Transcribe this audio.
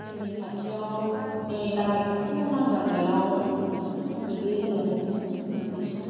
जोंनि खाथियाव जोंनि गामि खाथियाव नांजाबनायाव ओरैनो फुंबिलि होनो जों इखो फुंबिलि सख